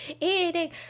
eating